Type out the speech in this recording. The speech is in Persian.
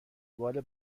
بال